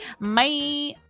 Bye